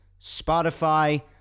spotify